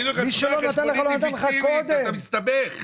יגידו לך שהחשבונית היא פיקטיבית, אתה מסתבך.